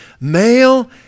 Male